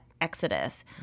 exodus